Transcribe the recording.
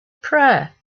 prayer